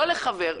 לא לחבר,